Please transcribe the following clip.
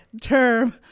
term